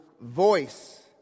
voice